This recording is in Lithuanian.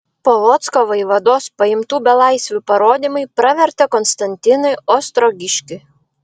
polocko vaivados paimtų belaisvių parodymai pravertė konstantinui ostrogiškiui